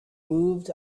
moved